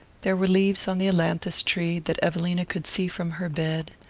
there were leaves on the ailanthus-tree that evelina could see from her bed,